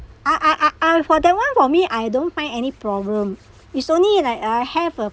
ah ah ah ah for that one for me I don't find any problem it's only like I have uh